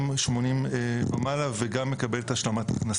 וגם 80 ומעלה וגם מקבל את השלמת ההכנסה.